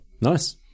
nice